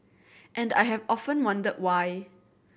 and I have often wondered why